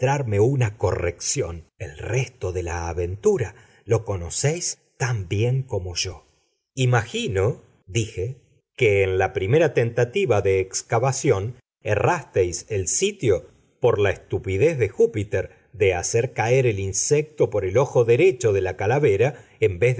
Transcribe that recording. una corrección el resto de la aventura lo conocéis tan bien como yo imagino dije que en la primera tentativa de excavación errasteis el sitio por la estupidez de júpiter de hacer caer el insecto por el ojo derecho de la calavera en vez del